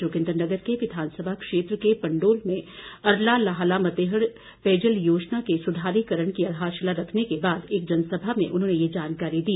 जोगिन्द्रनगर के विधानसभा क्षेत्र के पंडोल में अरला लाहला मतेहड़ पेयजल योजना के सुधारीकरण की आधारशिला रखने के बाद एक जनसभा में उन्होंने ये जानकारी दी